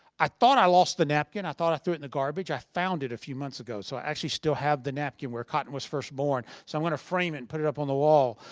i thought i lost the napkin. i thought i threw it in the garbage. i found it a few months ago. so, i actually still have the napkin where cotton was first born. so i want to frame it and put it up on the wall.